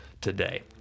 today